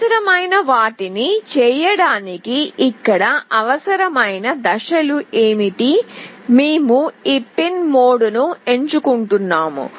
అవసరమైన వాటిని చేయడానికి ఇక్కడ అవసరమైన దశలు ఏమిటి మేము ఈ పిన్ మోడ్ను ఎంచుకుంటాము